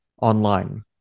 online